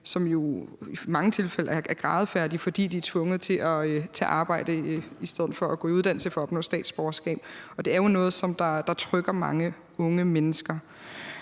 som i mange tilfælde er grædefærdige, fordi de er tvunget til at tage arbejde i stedet for at gå i uddannelse for at opnå statsborgerskab. Det er jo noget, som trykker mange unge mennesker.